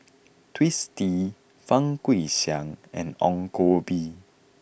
Twisstii Fang Guixiang and Ong Koh Bee